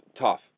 tough